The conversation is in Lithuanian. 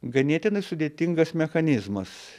ganėtinai sudėtingas mechanizmas